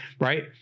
Right